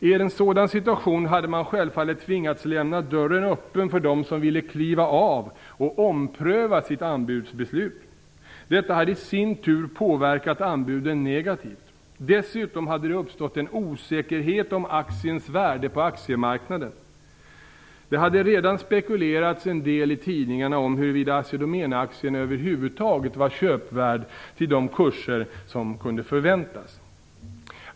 I en sådan situation hade man självfallet tvingats lämna dörren öppen för dem som ville kliva av och ompröva sitt anbudsbeslut. Detta hade i sin tur påverkat anbuden negativt. Dessutom hade det uppstått en osäkerhet om aktiens värde på aktiemarknaden. Det hade redan spekulerats en del i tidningarna om huruvida Assi Domän-aktien över huvud taget var köpvärd till de kurser som kunde förväntas.